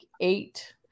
eight